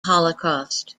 holocaust